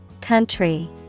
Country